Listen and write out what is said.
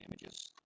images